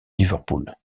liverpool